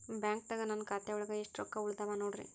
ಬ್ಯಾಂಕ್ದಾಗ ನನ್ ಖಾತೆ ಒಳಗೆ ಎಷ್ಟ್ ರೊಕ್ಕ ಉಳದಾವ ನೋಡ್ರಿ?